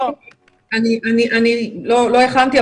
לא הכנתי,